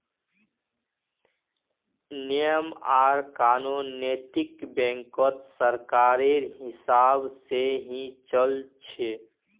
नियम आर कानून नैतिक बैंकत सरकारेर हिसाब से ही चल छ